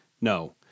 No